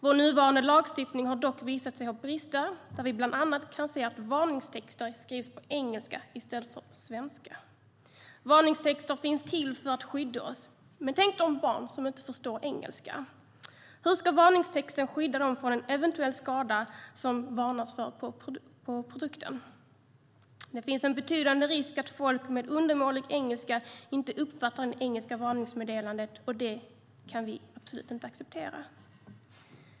Vår nuvarande lagstiftning har dock visat sig ha brister. Vi kan bland annat se att varningstexter skrivs på engelska i stället för på svenska. Varningstexter finns till för att skydda oss. Men tänk på de barn som inte förstår engelska! Hur ska varningstexten skydda dem från en eventuell skada som det varnas för på produkten? Det finns en betydande risk för att folk med undermålig engelska inte uppfattar det engelska varningsmeddelandet. Det kan vi absolut inte acceptera.